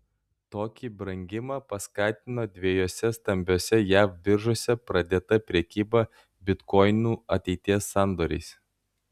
tokį brangimą paskatino dviejose stambiose jav biržose pradėta prekyba bitkoinų ateities sandoriais